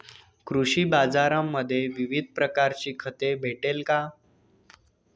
कृषी बाजारांमध्ये विविध प्रकारची खते भेटेल का?